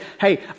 hey